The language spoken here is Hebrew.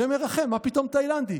השם ירחם, מה פתאום תאילנדי?